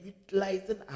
utilizing